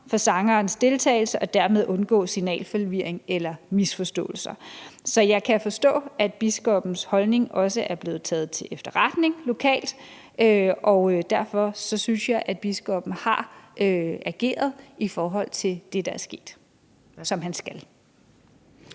for sangerens deltagelse og dermed undgå signalforvirring eller misforståelser. Som jeg kan forstå, er biskoppens holdning også blevet taget til efterretning lokalt, og derfor synes jeg, at biskoppen har ageret i forhold til det, der er sket, og som han skal.